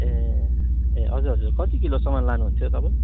ए ए हजुर हजुर कति किलोसम्म लानुहुन्थ्यो तपाईँ